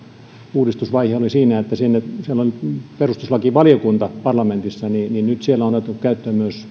uudistusvaihe oli siinä että siellä oli perustuslakivaliokunta parlamentissa on nyt otettu käyttöön myös